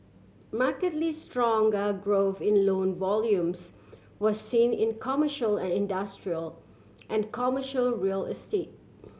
markedly stronger growth in loan volumes was seen in commercial and industrial and commercial real estate